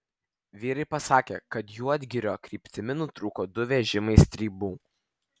vyrai pasakė kad juodgirio kryptimi nurūko du vežimai stribų